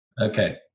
Okay